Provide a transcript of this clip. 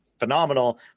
phenomenal